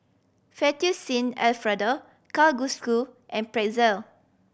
Fettuccine Alfredo Kalguksu and Pretzel